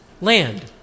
land